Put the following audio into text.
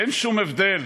אין שום הבדל